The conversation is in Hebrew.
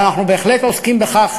אבל אנחנו בהחלט עוסקים בכך.